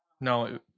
No